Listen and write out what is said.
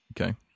Okay